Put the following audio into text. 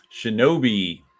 Shinobi